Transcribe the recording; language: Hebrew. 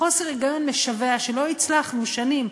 חוסר היגיון משווע שלא הצלחנו שנים,